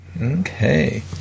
Okay